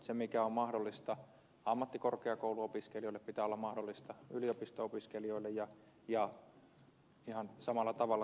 sen mikä on mahdollista ammattikorkeakouluopiskelijoille pitää olla mahdollista yliopisto opiskelijoille ja ihan samalla tavalla toisinpäin